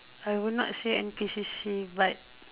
I would not say N_P_C_C but